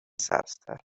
سبزتر